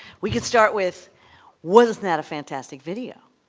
we can start with wasn't that a fantastic video?